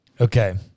Okay